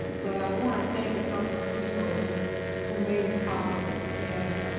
but i want to thank a couple of people who who made it possible. and